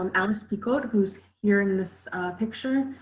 um alice picote who's here in this picture,